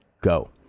Go